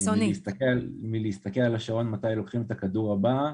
מלהסתכל על השעון מתי לוקחים את הכדור הבא,